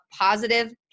positive